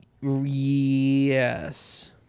Yes